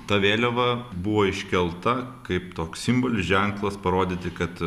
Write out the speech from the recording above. ta vėliava buvo iškelta kaip toks simbolis ženklas parodyti kad